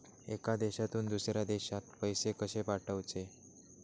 एका देशातून दुसऱ्या देशात पैसे कशे पाठवचे?